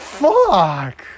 fuck